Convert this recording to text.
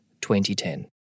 2010